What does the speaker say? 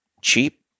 cheap